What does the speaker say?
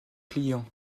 clients